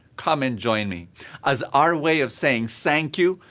come and join me as our way of saying thank you,